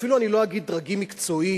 אפילו אני לא אגיד דרגים מקצועיים,